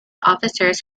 officers